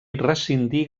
rescindir